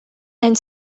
and